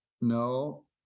No